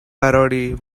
parody